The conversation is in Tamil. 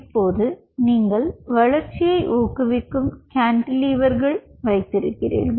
இப்போது நீங்கள் வளர்ச்சியை ஊக்குவிக்கும் கேன்டிலீவர்கள் வைத்திருக்கிறீர்கள்